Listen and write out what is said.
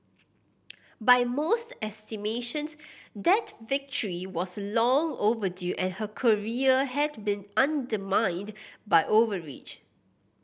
by most estimations that victory was long overdue and her career had been undermined by overreach